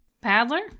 Paddler